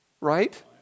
Right